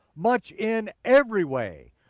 much in every way,